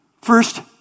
First